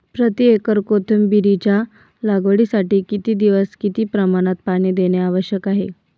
प्रति एकर कोथिंबिरीच्या लागवडीसाठी किती दिवस किती प्रमाणात पाणी देणे आवश्यक आहे?